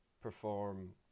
perform